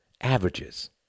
averages